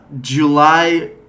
july